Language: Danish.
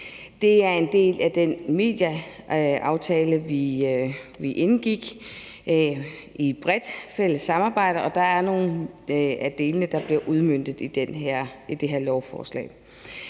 Det er en del af den medieaftale, vi indgik i et bredt fælles samarbejde, at der er nogle af delene, der bliver udmøntet med det her lovforslag.